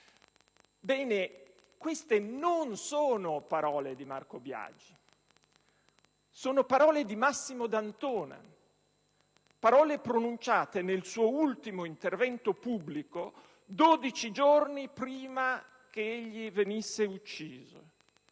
Bene, queste non sono parole di Marco Biagi: sono parole di Massimo D'Antona; parole pronunciate nel suo ultimo intervento pubblico, 12 giorni prima che egli venisse ucciso.